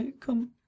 come